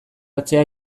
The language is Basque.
hartzea